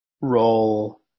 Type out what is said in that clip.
role